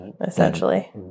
Essentially